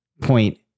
point